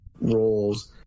roles